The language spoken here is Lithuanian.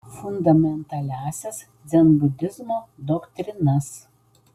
fundamentaliąsias dzenbudizmo doktrinas